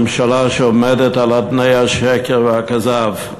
ממשלה שעומדת על אדני השקר והכזב.